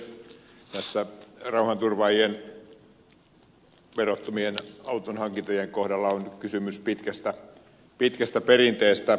tässä rauhanturvaajien verottomien autohankintojen kohdalla on kysymys pitkästä perinteestä